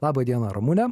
laba diena ramune